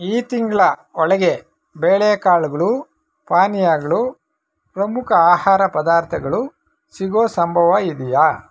ಈ ತಿಂಗಳ ಒಳಗೆ ಬೇಳೆಕಾಳುಗಳು ಪಾನೀಯಗಳು ಪ್ರಮುಖ ಆಹಾರ ಪದಾರ್ಥಗಳು ಸಿಗೋ ಸಂಭವ ಇದ್ದೀಯಾ